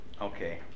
Okay